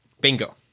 Bingo